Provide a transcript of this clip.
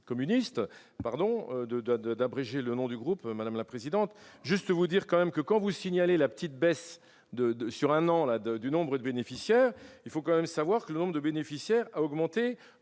d'abréger le nom du groupe, madame la présidente, juste vous dire quand même que quand vous signaler la petite baisse de 2 sur un an la de du nombre de bénéficiaires, il faut quand même savoir que le nombre de bénéficiaires a augmenté